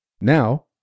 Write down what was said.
Now